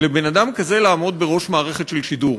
לבן-אדם כזה לעמוד בראש מערכת של שידור.